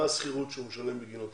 מה השכירות שהוא משלם בגינה?